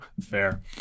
Fair